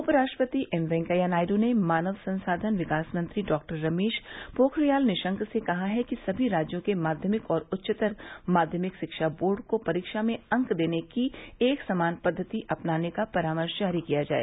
उप राष्ट्रपति एम वेंकैया नायडू ने मानव संसाधन विकास मंत्री डॉ रमेश पोखरियाल निशंक से कहा है कि सभी राज्यों के माध्यमिक और उच्चतर माध्यमिक शिक्षा बोर्ड को परीक्षा में अंक देने की एक समान पद्वति अपनाने का परामर्श जारी किया जाए